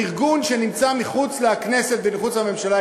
ארגון שנמצא מחוץ לכנסת ומחוץ לממשלה,